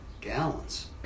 gallons